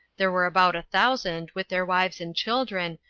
there were about a thousand, with their wives and children,